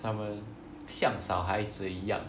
他们像小孩子一样